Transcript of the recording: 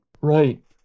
Right